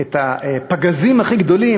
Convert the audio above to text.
את הפגזים הכי גדולים,